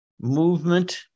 movement